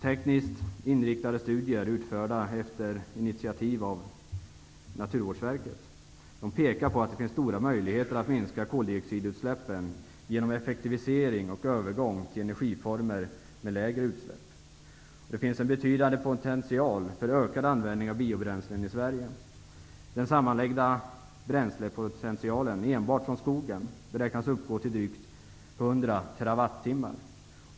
Tekniskt inriktade studier utförda efter initiativ av Naturvårdsverket pekar på att det finns stora möjligheter att minska koldioxidutsläppen genom effektivisering och övergång till energiformer med lägre utsläpp. Det finns en betydande potential för ökad användning av biobränslen i Sverige. Den sammanlagda bränslepotentialen enbart från skogen beräknas uppgå till drygt 100 TWh.